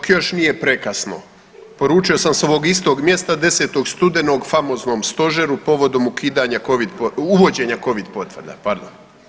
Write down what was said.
još nije prekasno poručio sam s ovog istog mjesta 10. studenog famoznom stožeru povodom ukidanja covid, uvođenja covid potvrda, pardon.